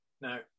Now